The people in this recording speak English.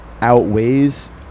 outweighs